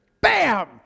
bam